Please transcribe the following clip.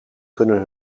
kunnen